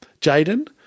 Jaden